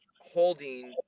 holding